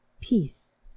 peace